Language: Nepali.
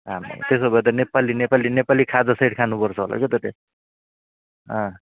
त्यसो भए त नेपाली नेपाली नेपाली खाजा सेट खानुपर्छ होला के त त्याँ अँ